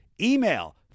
email